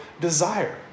desire